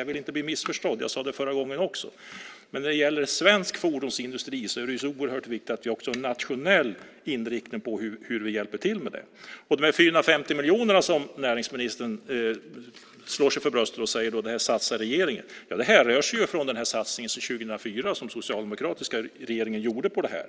Jag vill inte bli missförstådd - jag sade det förra gången också - men när det gäller svensk fordonsindustri är det så oerhört viktigt att vi också har en nationell inriktning på hur vi hjälper till med det. De 450 miljoner som näringsministern slår sig för bröstet med och säger att regeringen satsar härrör sig ju från den satsning 2004 som den socialdemokratiska regeringen gjorde på det här.